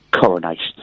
Coronation